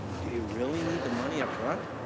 do you really need the money up front?